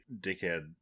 dickhead